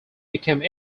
became